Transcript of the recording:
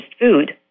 food